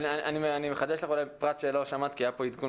אני אולי אני מחדש לך פרט שלא שמעת כי היה כאן עדכון.